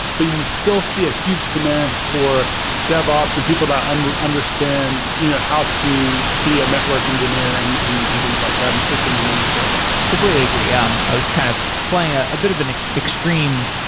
but you still see a huge demand for devops and people that and understand you know how to be a network engineer and and and things like that and system administrator completely agree. um i was kind of playing ah a bit of an extreme,